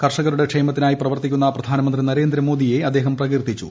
കർഷകരുടെ ക്ഷേമത്തിനായി പ്രവർത്തിക്കുന്ന പ്രധാനമന്ത്രി നരേന്ദ്രമോദിയെ അദ്ദേഹം പ്രകീർത്തിച്ചു